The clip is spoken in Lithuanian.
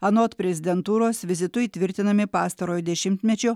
anot prezidentūros vizitu įtvirtinami pastarojo dešimtmečio